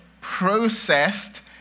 processed